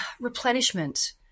replenishment